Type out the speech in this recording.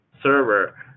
server